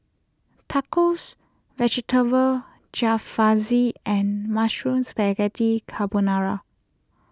Tacos Vegetable Jalfrezi and Mushroom Spaghetti Carbonara